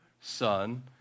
Son